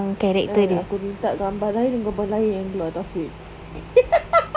kan aku minta gambar lain gambar lain yang keluar taufik